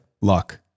Luck